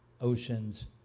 oceans